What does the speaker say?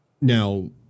Now